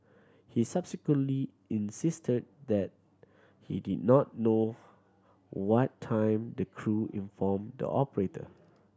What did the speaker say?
he subsequently insisted that he did not know what time the crew informed the operator